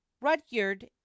Rudyard